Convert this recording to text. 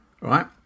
right